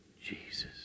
Jesus